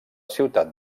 ciutat